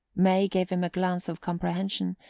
may gave him a glance of comprehension,